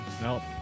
No